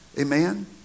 Amen